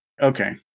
Okay